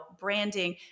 branding